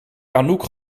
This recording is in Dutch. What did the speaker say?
anouk